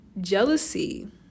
Jealousy